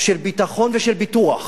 של ביטחון ושל ביטוח,